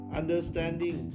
understanding